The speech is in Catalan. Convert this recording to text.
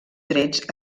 trets